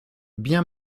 bien